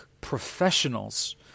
professionals